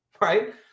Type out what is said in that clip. right